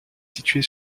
située